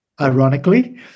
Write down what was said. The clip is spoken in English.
ironically